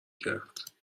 کرد